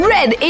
Red